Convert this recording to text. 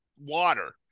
water